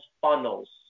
funnels